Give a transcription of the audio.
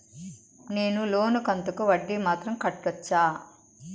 నేను లోను కంతుకు వడ్డీ మాత్రం కట్టొచ్చా?